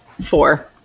Four